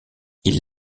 ils